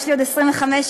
יש לי עוד 25 שניות,